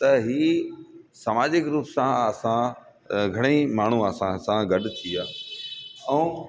त ई समाजिक रूप सां असां घणेई माण्हू असां सां गॾु थी विया ऐं